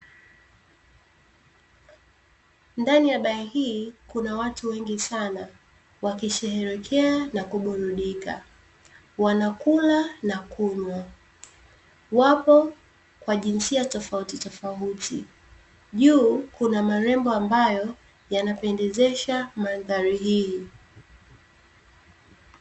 Ndani ya baa hii, kuna watu wengi sana wakisherehekea na kuburudika. Wanakula na kunywa. Wapo kwa jinsia tofautitofauti. Juu kuna marembo ambayo yanapendezesha mandhari hii.